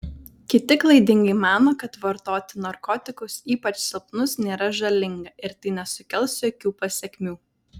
kiti klaidingai mano kad vartoti narkotikus ypač silpnus nėra žalinga ir tai nesukels jokių pasekmių